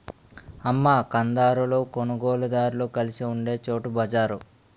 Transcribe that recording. అమ్మ కందారులు కొనుగోలుదారులు కలిసి ఉండే చోటు బజారు